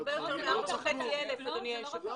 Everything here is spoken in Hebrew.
יש שם הרבה יותר מ-4,500, אדוני היושב-ראש.